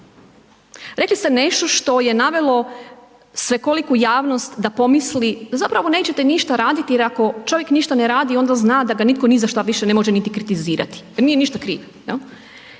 rekli ste nešto što je navelo svekoliku javnost da pomisli da zapravo nećete ništa raditi jer ako čovjek ništa ne radi onda zna da ga nitko ni za šta više ne može niti kritizirati, da nije ništa kriv.